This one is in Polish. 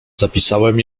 zapisałem